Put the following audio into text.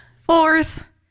Fourth